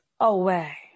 away